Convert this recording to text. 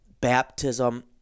baptism